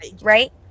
Right